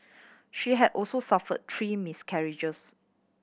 she had also suffered three miscarriages